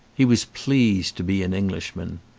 he was pleased to be an englishman.